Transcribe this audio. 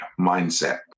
mindset